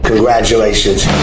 Congratulations